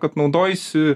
kad naudojaisi